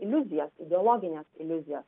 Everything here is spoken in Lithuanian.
iliuzijas ideologines iliuzijas